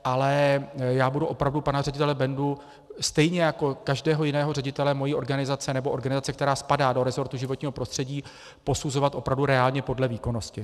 Ale budu opravdu pana ředitele Bendu, stejně jako každého jiného ředitele mojí organizace, nebo organizace, která spadá do resortu životního prostředí, posuzovat opravdu reálně podle výkonnosti.